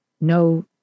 No